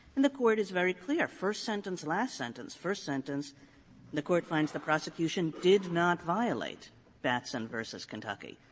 and the court is very clear, first sentence, last sentence. first sentence the court finds the prosecution did not violate batson versus kentucky.